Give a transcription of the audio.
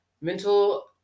mental